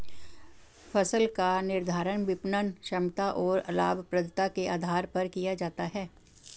फसल का निर्धारण विपणन क्षमता और लाभप्रदता के आधार पर किया जाता है